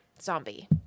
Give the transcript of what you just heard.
Zombie